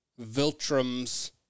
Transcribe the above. Viltrum's